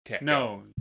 No